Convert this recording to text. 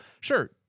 sure